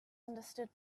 understood